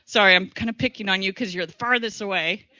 sorry, i'm kind of picking on you because you're the farthest away.